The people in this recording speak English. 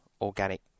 organic